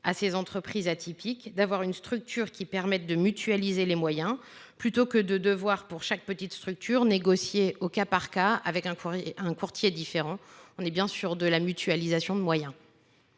à ces entreprises atypiques d’avoir une structure qui permette de mutualiser les moyens plutôt que de devoir pour chaque petite structure négocier au cas par cas, avec un courtier différent. Il s’agit là tout simplement de mutualiser les moyens.